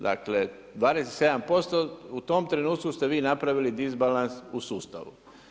Dakle, 27% u tom trenutku ste vi napravili disbalans u sustavu.